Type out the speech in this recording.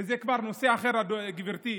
זה כבר נושא אחר, גברתי,